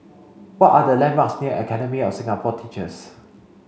what are the landmarks near Academy of Singapore Teachers